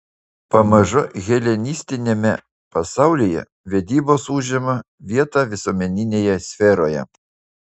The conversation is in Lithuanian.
pamažu helenistiniame pasaulyje vedybos užima vietą visuomeninėje sferoje